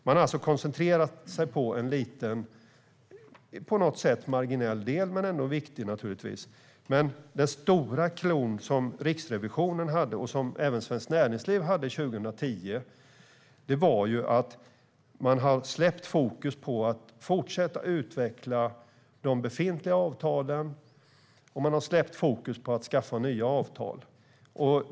Man har alltså koncentrerat sig på en på något sätt marginell men naturligtvis ändå viktig del. Den stora clou som Riksrevisionen - och även Svenskt Näringsliv - hade 2010 gällde att regeringen hade släppt fokus från att fortsätta utveckla befintliga avtal och skaffa nya avtal.